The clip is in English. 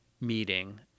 meeting